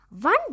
One